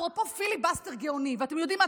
אפרופו פיליבסטר גאוני ואתם יודעים מה,